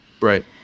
Right